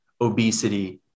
obesity